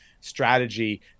strategy